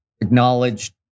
acknowledged